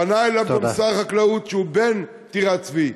פנה אליו גם שר החקלאות, שהוא בן טירת-צבי.